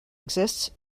exists